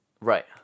Right